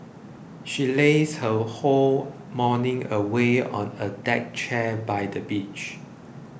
she lazed her whole morning away on a deck chair by the beach